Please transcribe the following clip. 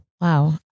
Wow